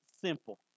simple